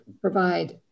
provide